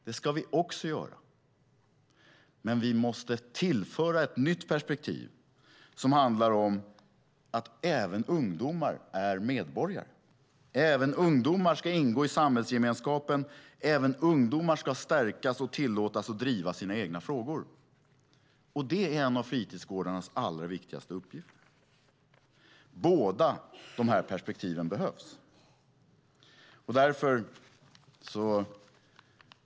Det ska vi också göra, men vi måste tillföra ett nytt perspektiv som handlar om att även ungdomar är medborgare. Även ungdomar ska ingå i samhällsgemenskapen. Även ungdomar ska stärkas och tillåtas att driva sina egna frågor. Det är en av fritidsgårdarnas allra viktigaste uppgifter. Båda de här perspektiven behövs.